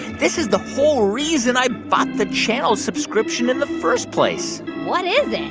this is the whole reason i bought the channel subscription in the first place what is it?